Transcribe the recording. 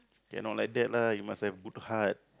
cannot like that lah you must have good heart